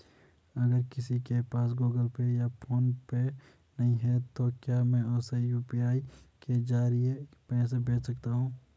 अगर किसी के पास गूगल पे या फोनपे नहीं है तो क्या मैं उसे यू.पी.आई के ज़रिए पैसे भेज सकता हूं?